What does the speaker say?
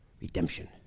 Redemption